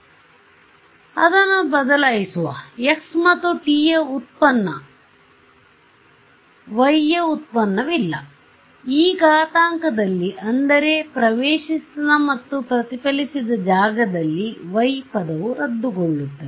ಆದ್ದರಿಂದ ಅದನ್ನು ಬದಲಾಯಿಸುವx ಮತ್ತು t ಯ ಉತ್ಪನ್ನವಿದೆ y ಯ ಉತ್ಪನ್ನವಿಲ್ಲ ಈ ಘಾತಂಕದಲ್ಲಿ ಅಂದರೆ ಪ್ರವೇಷಿಸಿದ ಮತ್ತು ಪ್ರತಿಫಲಿಸಿದ ಜಾಗದಲ್ಲಿ y ಪದವು ರದ್ದುಗೊಳ್ಳುತ್ತದೆ